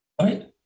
Right